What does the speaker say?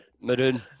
Maroon